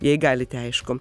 jei galite aišku